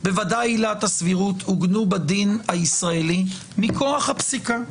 בוודאי עילת הסבירות, מכוח הפסיקה.